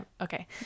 Okay